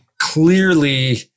Clearly